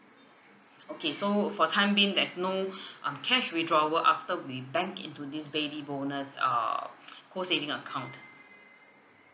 okay so for the time being there's no um cash withdrawal after we've banked into this baby bonus err co saving account